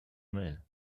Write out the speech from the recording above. mail